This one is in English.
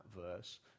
verse